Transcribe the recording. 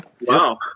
Wow